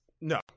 No